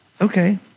okay